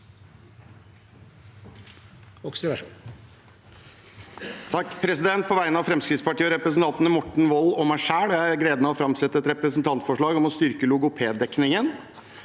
(FrP) På vegne av Frem- skrittspartiet og representantene Morten Wold og meg selv har jeg gleden av å framsette et representantforslag om å styrke logopeddekningen.